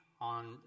on